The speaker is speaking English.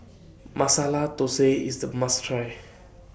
Masala Thosai IS A must Try